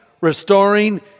restoring